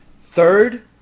Third